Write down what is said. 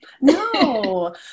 No